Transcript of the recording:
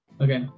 Okay